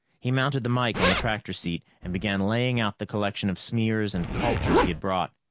he mounted the mike on the tractor seat and began laying out the collection of smears and cultures he had brought.